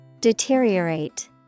Deteriorate